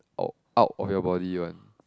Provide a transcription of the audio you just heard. out out of your body one